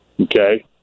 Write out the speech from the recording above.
okay